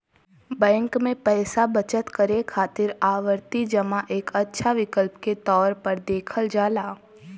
bank में पैसा बचत करे खातिर आवर्ती जमा एक अच्छा विकल्प के तौर पर देखल जाला